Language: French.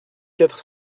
quatre